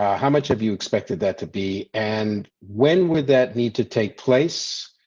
ah how much have you expected that to be? and when would that need to take place?